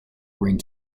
green